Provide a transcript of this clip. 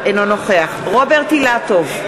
אינו נוכח רוברט אילטוב,